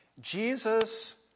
Jesus